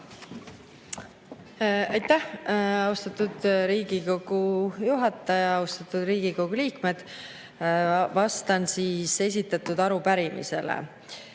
Aitäh, austatud Riigikogu juhataja! Austatud Riigikogu liikmed! Vastan esitatud arupärimisele.